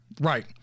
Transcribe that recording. Right